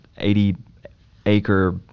80-acre